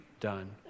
done